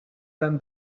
ten